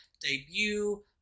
debut